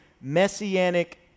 messianic